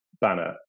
banner